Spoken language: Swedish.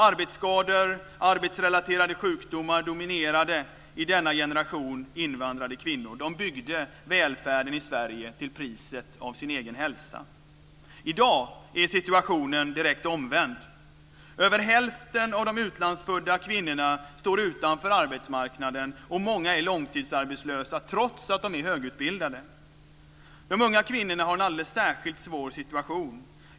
Arbetsskador och arbetsrelaterade sjukdomar dominerar i denna generation invandrade kvinnor. De byggde välfärden i Sverige till priset av sin egen hälsa. I dag är situationen direkt omvänd. Över hälften av de utlandsfödda kvinnorna står utanför arbetsmarknaden och många är långtidsarbetslösa trots att de är högutbildade. De unga kvinnorna har en alldeles särskilt svår situation.